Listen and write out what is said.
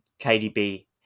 KDB